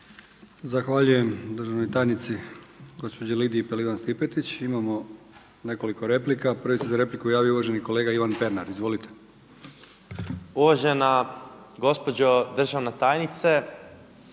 Zahvaljujem državnoj tajnici gospođi Lidiji Pelivan Stipetić. Imamo nekoliko replika. Prvi se za repliku javio uvaženi kolega Ivan Pernar. Izvolite. **Pernar, Ivan (Živi